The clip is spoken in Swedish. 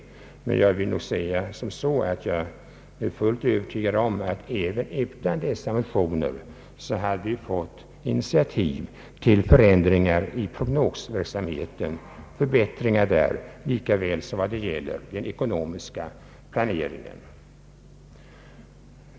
Jag är övertygad om att det även utan dessa motioner hade tagits initiativ till förändringar och förbättringar i prognosverksamheten och den ekonomiska planeringen.